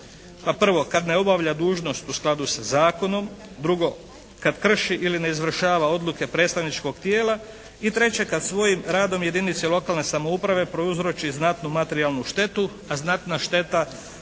prvo, kada ne obavlja dužnost u skladu sa zakonom, drugo kada krši ili ne izvršava odluke predstavničkog tijela i treće, kad svojim radom jedinice lokalne samouprave prouzroči znatnu materijalnu štetu, a znatna šteta